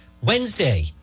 Wednesday